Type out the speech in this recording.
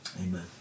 amen